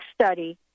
study